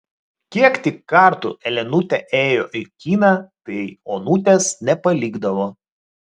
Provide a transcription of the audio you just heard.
kiek tik kartų elenutė ėjo į kiną tai onutės nepalikdavo